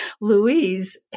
Louise